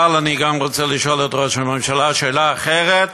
אבל אני גם רוצה לשאול את ראש הממשלה שאלה אחרת,